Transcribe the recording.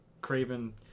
craven